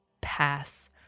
pass